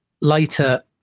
later